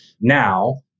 Now